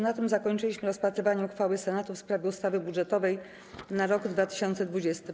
Na tym zakończyliśmy rozpatrywanie uchwały Senatu w sprawie ustawy budżetowej na rok 2020.